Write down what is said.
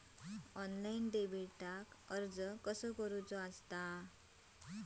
Online डेबिटला अर्ज कसो करूचो?